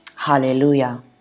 Hallelujah